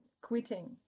quitting